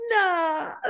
nah